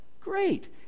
Great